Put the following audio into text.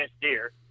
deer